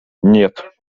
нет